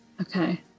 Okay